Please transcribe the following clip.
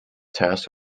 tasked